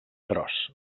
gros